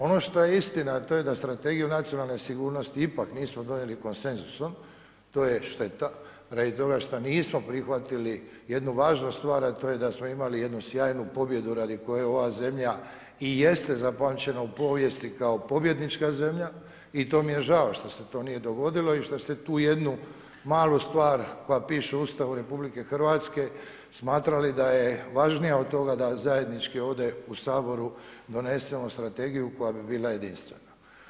Ono što je istina to je da Strategiju nacionalne sigurnosti ipak nismo donijeli konsenzusom, to je šteta, radi toga što nismo prihvatili jednu važnu stvar a to je da smo imali jednu sjaju pobjedu radi koje je ova zemlja i jeste zapamćena u povijesti kao pobjednička zemlja i to mi je žao što se to nije dogodilo i što ste tu jednu malu stvar koja piše u Ustavu RH smatrali daje važnija od toga da zajednički ovdje u Saboru donesemo strategiju koja bi bila jedinstvena.